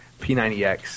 P90X